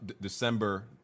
December